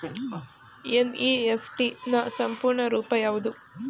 NEFT ನ ಪೂರ್ಣ ರೂಪ ಯಾವುದು?